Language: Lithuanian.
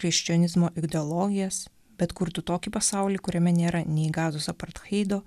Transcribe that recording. krikščionizmo ideologijas bet kurtų tokį pasaulį kuriame nėra nei gazos apartheido